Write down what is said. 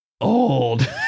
old